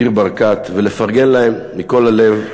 ניר ברקת, ולפרגן להם מכל הלב.